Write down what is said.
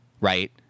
right